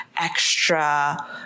extra